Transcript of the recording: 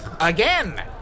Again